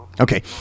okay